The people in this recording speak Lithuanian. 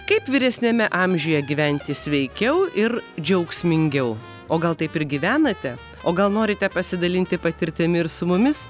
kaip vyresniame amžiuje gyventi sveikiau ir džiaugsmingiau o gal taip ir gyvenate o gal norite pasidalinti patirtimi ir su mumis